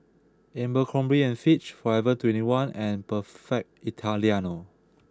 Abercrombie and Fitch Forever Twenty One and Perfect Italiano